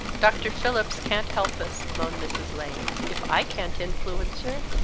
dr. phillips can't help us, moaned mrs. lane if i can't influence her,